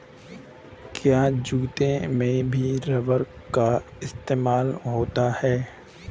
क्या जूतों में भी रबर का इस्तेमाल होता है?